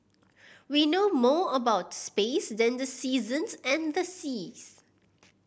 we know more about space than the seasons and the seas